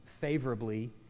favorably